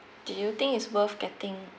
do you think it's worth getting